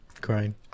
Crying